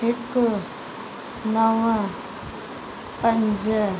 हिकु नव पंज